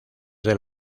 del